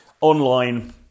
Online